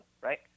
Right